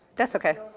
that's okay,